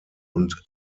und